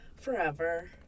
Forever